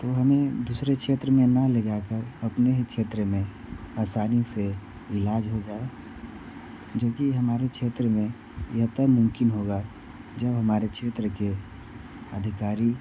तो हमें दुसरे क्षेत्र में न ले जाकर अपने ही क्षेत्र में आसानी से ईलाज हो जाये जोकि हमारे क्षेत्र में यह तब मुमकिन होगा जब हमारे क्षेत्र के अधिकारी